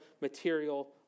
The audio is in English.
material